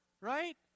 Right